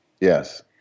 Yes